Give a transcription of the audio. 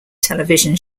television